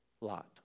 Lot